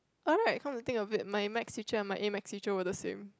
alright come to think of it my maths teacher and my A maths teacher were the same